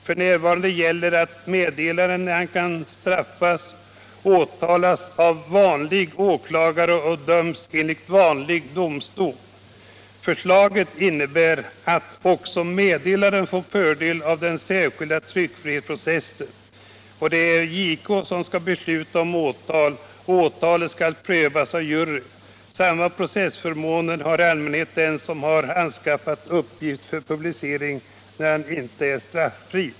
F. n. gäller att meddelaren, när han kan straffas, åtalas av vanlig åklagare och döms enligt vanlig domstol. Förslaget innebär att också meddelaren får fördel av den särskilda tryckfrihetsprocessen. Det är JK som skall besluta om åtal, och åtalet skall prövas av jury. Samma processförmåner har i allmänhet den som har anskaffat uppgift för publicering, när han inte är straffri.